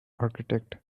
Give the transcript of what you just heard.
architect